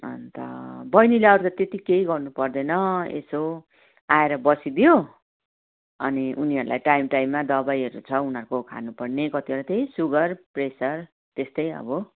अन्त बैनीलाई अझ त्यत्ति केही गर्नु पर्दैन यसो आएर बसिदियो अनि उनीहरूलाई टाइम टाइममा दबाईहरू छ उनीहरूको खानुपर्ने कतिवटा त्यही सुगर प्रेसर त्यस्तै अब